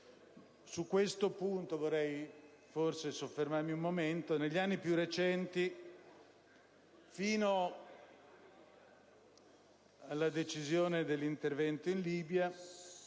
su questo punto vorrei soffermarmi un momento. Negli anni più recenti, fino alla decisione dell'intervento in Libia,